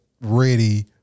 ready